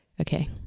Okay